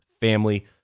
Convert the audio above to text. family